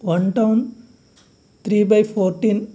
one town three by fourteen